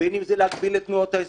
בין אם זה להגביל את תנועת האזרחים,